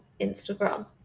instagram